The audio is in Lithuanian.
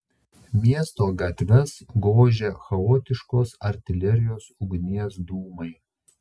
miesto gatves gožė chaotiškos artilerijos ugnies dūmai